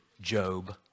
Job